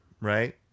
right